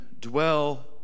dwell